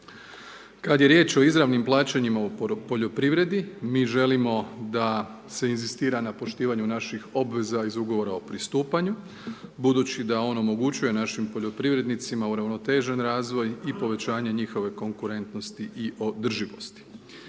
Kad je riječ o izravnim plaćanjima u poljoprivredi, mi želimo da se inzistira na poštivanju naših obveza iz Ugovora o pristupanju budući da on omogućava našim poljoprivrednicima uravnotežen razvoj i povećanje njihove konkurentnosti i održivosti.